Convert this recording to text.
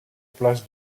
place